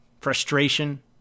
frustration